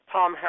Tom